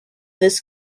this